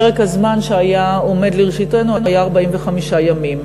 פרק הזמן שעמד לרשותנו היה 45 ימים.